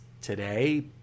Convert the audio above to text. today